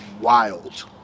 wild